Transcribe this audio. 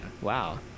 Wow